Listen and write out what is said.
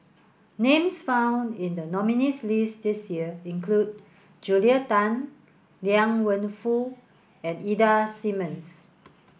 names found in the nominees' list this year include Julia Tan Liang Wenfu and Ida Simmons